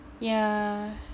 yeah